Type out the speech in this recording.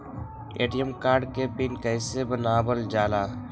ATM card के PIN कैसे बनावल जाला?